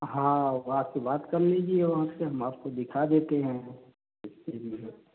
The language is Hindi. हाँ वहाँ से बात कर लीजिए और उससे हम आपको दिखा देते हैं